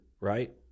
right